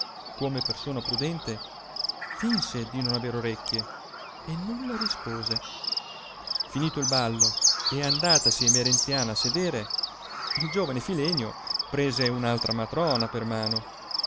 come persona prudente finse di non aver orecchie e nulla rispose finito il ballo e andatasi emerenziana a sedere il giovane filenio prese un altra matrona per mano